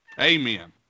amen